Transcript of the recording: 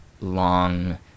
long